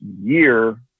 year